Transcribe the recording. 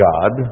God